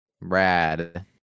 Rad